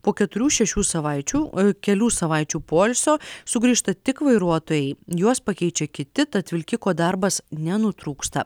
po keturių šešių savaičių kelių savaičių poilsio sugrįžta tik vairuotojai juos pakeičia kiti tad vilkiko darbas nenutrūksta